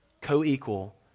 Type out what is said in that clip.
Co-equal